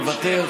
מוותר,